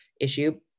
issue